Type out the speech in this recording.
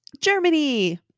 Germany